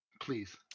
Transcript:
Please